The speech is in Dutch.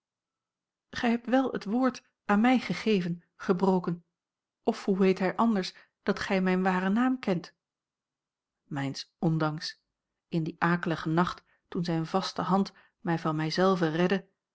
gij hebt wel het woord aan mij gegeven gebroken of hoe weet hij anders dat gij mijn waren naam kent a l g bosboom-toussaint langs een omweg mijns ondanks in dien akeligen nacht toen zijne vaste hand mij van mij zelve redde